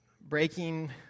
breaking